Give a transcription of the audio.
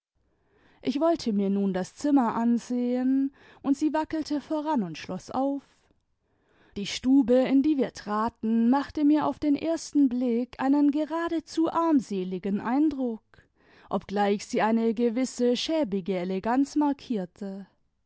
ich wollte mir nun das zimmer ansehen und sie wackelte voran und schloß auf die stube in die wir traten machte mir auf den ersten blick einen geradezu armseligen eindruck obgleich sie eine gewisse schäbige eleganz markierte